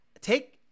Take